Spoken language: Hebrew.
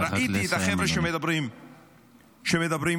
וראיתי את החבר'ה שמדברים -- צריך רק לסיים,